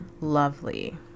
lovely